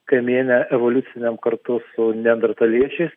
kamiene evoliuciniam kartu su neandertaliečiais